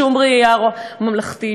שום ראייה ממלכתית,